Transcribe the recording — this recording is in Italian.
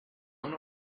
una